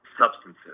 substances